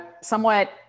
somewhat